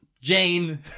Jane